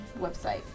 website